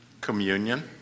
communion